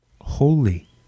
holy